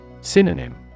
Synonym